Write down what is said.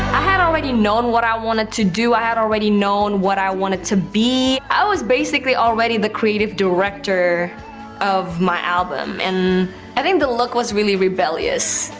i had already known what i wanted to do. i had already known what i wanted to be. i was basically already the creative director of my album. and i think the look was really rebellious.